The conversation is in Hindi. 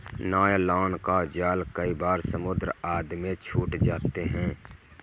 नायलॉन का जाल कई बार समुद्र आदि में छूट जाते हैं